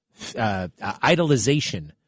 Idolization